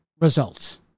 results